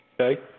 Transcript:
Okay